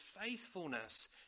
faithfulness